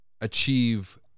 achieve